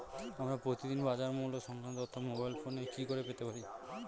আমরা প্রতিদিন বাজার মূল্য সংক্রান্ত তথ্য মোবাইল ফোনে কি করে পেতে পারি?